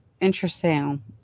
interesting